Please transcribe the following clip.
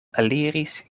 eliris